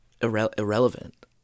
irrelevant